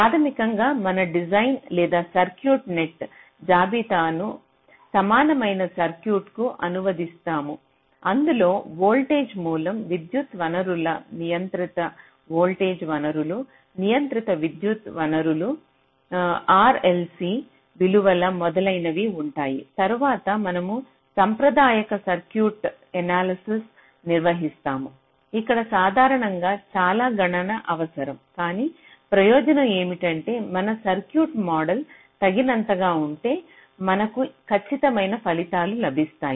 ప్రాథమికంగా మన డిజైన్ లేదా సర్క్యూట్ నెట్ జాబితాను సమానమైన సర్క్యూట్కు అనువదిస్తాము ఇందులో వోల్టేజ్ మూలం విద్యుత్ వనరులు నియంత్రిత వోల్టేజ్ వనరులు నియంత్రిత విద్యుత్ వనరులు ఆర్ ఎల్ సి విలువలు మొదలైనవి ఉంటాయి తరువాత మనము సాంప్రదాయక సర్క్యూట్ ఎనాలసిస్ నిర్వహిస్తాము ఇక్కడ సాధారణంగా చాలా గణన అవసరం కానీ ప్రయోజనం ఏమిటంటే మన సర్క్యూట్ మోడల్ తగినంతగా ఉంటే మనకు ఖచ్చితమైన ఫలితాలు లభిస్తాయి